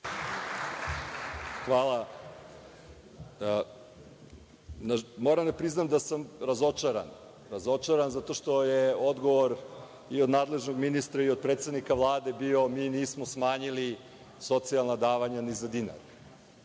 Moram da priznam da sam razočaran. Razočaran zato što je odgovor i od nadležnog ministra i od predsednika Vlade bio, mi nismo smanjili socijalna davanja ni za dinar. Ono